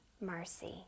mercy